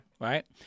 Right